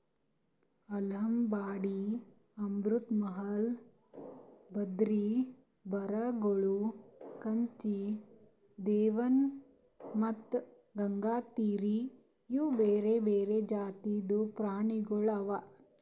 ಆಲಂಬಾಡಿ, ಅಮೃತ್ ಮಹಲ್, ಬದ್ರಿ, ಬರಗೂರು, ಕಚ್ಚಿ, ದೇವ್ನಿ ಮತ್ತ ಗಂಗಾತೀರಿ ಇವು ಬೇರೆ ಬೇರೆ ಜಾತಿದು ಪ್ರಾಣಿಗೊಳ್ ಅವಾ